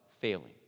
failing